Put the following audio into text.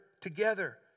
together